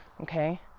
okay